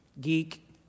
geek